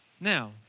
Now